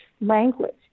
language